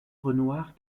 renoir